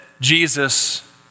Jesus